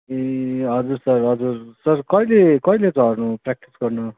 ए हजुर सर हजुर सर कहिले कहिले झर्नु प्र्याक्टिस गर्न